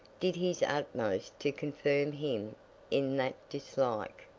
did his utmost to confirm him in that dislike,